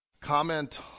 comment